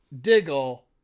diggle